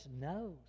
knows